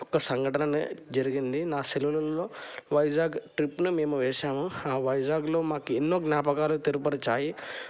ఒక సంఘటన జరిగింది నా సెలవులలో వైజాగ్ ట్రిప్ని మేము వేసాము ఆ వైజాగ్లో మాకు ఎన్నో జ్ఞాపకాలు తెలపరిచాయి